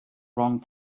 wrong